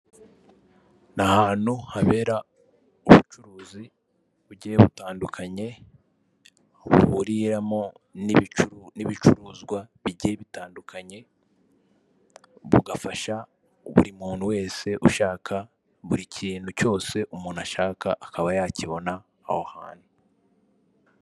Ni ahantu habera ubucuruzi bugiye butandukanye, buhuriramo n'ibi n'ibicuruzwa bigiye bitandukanye, bugafasha buri muntu wese ushaka buri kintu cyose umuntu ashaka akaba yakibona aho hantu.